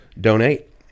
donate